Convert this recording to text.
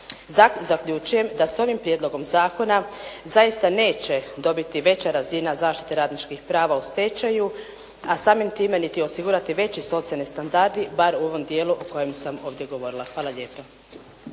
Zaključujem da s ovim prijedlogom zakona zaista neće dobiti veća razina zaštite radničkih prava u stečaju, a samim time niti osigurati veći socijalni standardi bar u ovom dijelu o kojem sam ovdje govorila. Hvala lijepo.